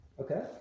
Okay